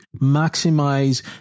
maximize